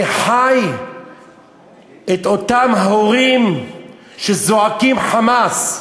אני חי את אותם הורים שזועקים חמס,